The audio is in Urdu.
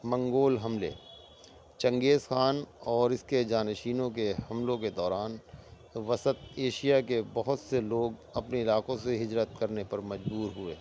منگول حملے چنگیز خان اور اس کے جانشینوں کے حملوں کے دوران وسط ایشیا کے بہت سے لوگ اپنے علاقوں سے ہجرت کرنے پر مجبور ہوئے